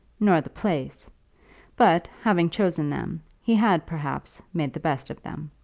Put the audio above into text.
nor the place but having chosen them, he had, perhaps, made the best of them.